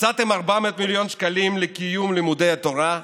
מצאתם 400 מיליון שקלים לקיום לימודי התורה?